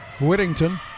Whittington